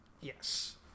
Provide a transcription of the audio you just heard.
Yes